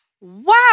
wow